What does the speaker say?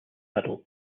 saddle